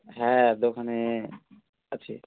হ্যাঁ দোকানে আছে